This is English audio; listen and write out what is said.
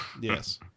Yes